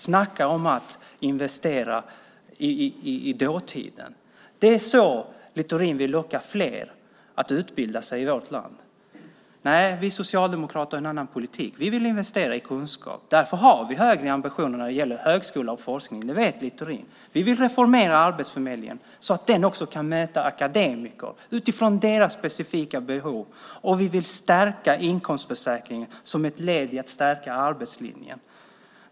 Snacka om att investera i dåtid! Det är ju så Littorin vill locka fler i vårt land att utbilda sig. Nej, vi socialdemokrater har en annan politik. Vi vill investera i kunskap. Därför har vi högre ambitioner när det gäller högskola och forskning; det vet Littorin. Vi vill reformera Arbetsförmedlingen så att den också kan möta akademiker utifrån deras specifika behov. Vi vill även stärka inkomstförsäkringen som ett led i att stärka arbetslinjen.